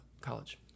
college